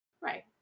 right